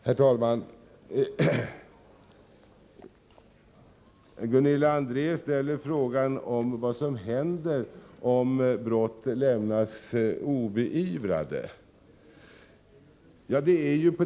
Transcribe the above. Herr talman! Gunilla André ställer frågan om vad som händer om brott lämnas obeivrade.